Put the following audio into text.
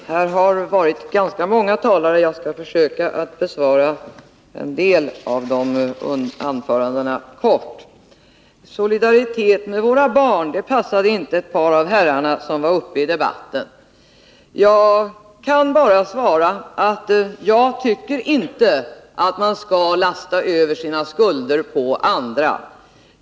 Fru talman! Här har varit ganska många talare. Jag skall försöka besvara en del av anförandena kort. Solidaritet med våra barn passade inte ett par av herrarna som var uppe i debatten. Jag kan bara svara att jag inte tycker att man skall lasta över sina skulder på andra.